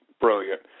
brilliant